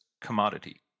commodity